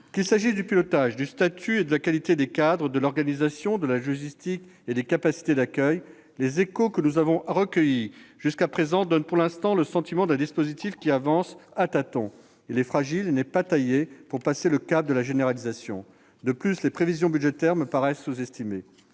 Qu'il s'agisse du pilotage, du statut et de la qualité des cadres, de l'organisation, de la logistique et des capacités d'accueil, les échos que nous avons recueillis jusqu'à présent donnent le sentiment d'un dispositif qui avance à tâtons. Il est fragile et n'est pas taillé pour passer le cap de la généralisation. De plus, les prévisions budgétaires me paraissent sous-estimées.